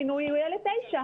השינוי הוא יהיה לתשע.